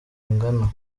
ingana